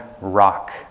Rock